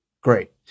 Great